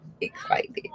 excited